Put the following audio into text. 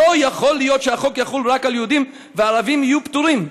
ולא יכול להיות שהחוק יחול רק על יהודים והערבים יהיו פטורים",